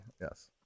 yes